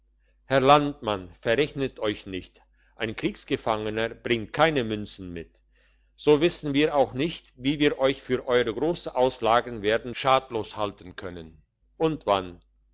herr landsmann verrechnet euch nicht ein kriegsgefangener bringt keine münzen mit so wissen wir auch nicht wie wir euch für eure grossen auslagen werden schadlos halten können und wann